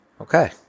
Okay